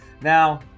Now